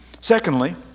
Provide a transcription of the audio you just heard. Secondly